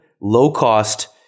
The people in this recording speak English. low-cost